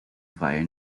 via